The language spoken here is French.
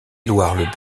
édouard